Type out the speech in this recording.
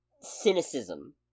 cynicism